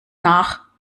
nach